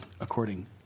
according